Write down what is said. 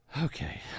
okay